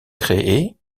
créées